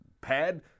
pad